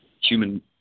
human